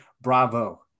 bravo